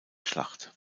schlacht